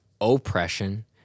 oppression